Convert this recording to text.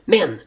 Men